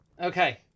okay